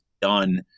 done